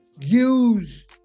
use